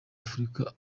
afurika